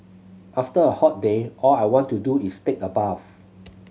after a hot day all I want to do is take a bath